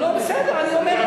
בסדר, אני אומר.